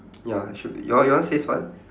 ya should be your yours says what